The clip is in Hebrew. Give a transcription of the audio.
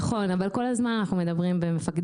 נכון אבל אנחנו כל הזמן מדברים ב'מפקדים',